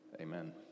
Amen